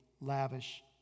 lavish